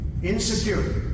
Insecurity